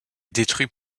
détruite